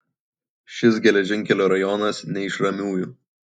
šis geležinkelio rajonas ne iš ramiųjų